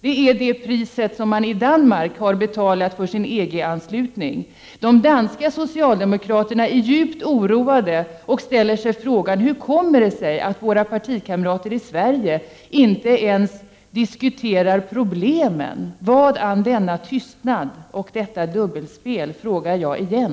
Det är priset som Danmark har fått betala för sin EG-anslutning. De danska socialdemokraterna är djupt oroade och ställer sig frågan: Hur kommer det sig att våra partikamrater i Sverige inte ens diskuterar problemen? Vadan denna tystnad och detta dubbelspel, frå gar jag igen.